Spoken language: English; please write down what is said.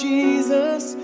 Jesus